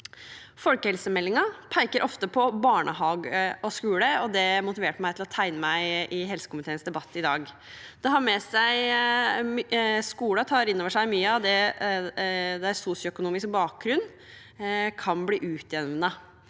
Folkehelsemeldingen peker ofte på barnehage og skole, og det motiverte meg til å tegne meg i helsekomiteens debatt i dag. I skolen kan mye av det man har med seg av sosioøkonomisk bakgrunn, bli utjevnet,